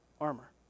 Armor